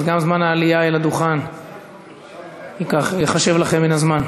אז גם זמן העלייה אל הדוכן ייחשב לכם חלק מן הזמן,